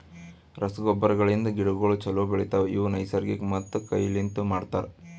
ರಸಗೊಬ್ಬರಗಳಿಂದ್ ಗಿಡಗೋಳು ಛಲೋ ಬೆಳಿತವ, ಇವು ನೈಸರ್ಗಿಕ ಮತ್ತ ಕೈ ಲಿಂತನು ಮಾಡ್ತರ